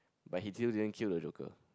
by he still didn't kill the Joker